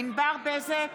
ענבר בזק,